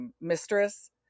mistress